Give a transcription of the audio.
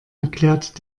erklärt